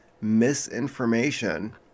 misinformation